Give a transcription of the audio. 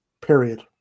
Period